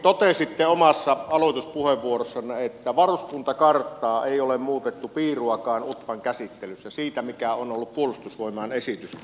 totesitte omassa aloituspuheenvuorossanne että varuskuntakarttaa ei ole muutettu piiruakaan utvan käsittelyssä siitä mikä on ollut puolustusvoimain esitys